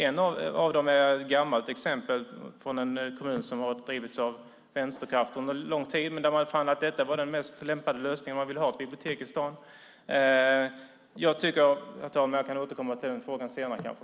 Ett av dem är ett gammalt exempel från en kommun som har drivits av vänsterkrafter under lång tid. De fann att detta var den mest lämpade lösningen om man ville ha ett bibliotek i staden. Herr talman! Jag kan återkomma till den frågan senare kanske.